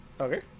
Okay